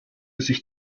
sich